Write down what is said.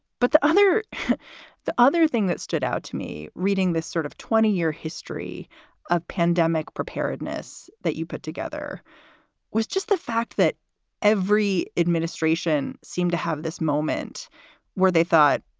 but the other the other thing that stood out to me reading this sort of twenty year history of pandemic preparedness that you put together was just the fact that every administration seemed to have this moment where they thought,